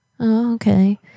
Okay